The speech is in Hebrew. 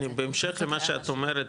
בהמשך למה שאת אומרת,